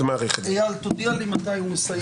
איל, תודיע לי מתי הוא מסיים.